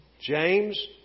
James